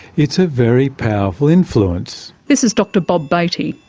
it's a very powerful influence. this is dr bob batey.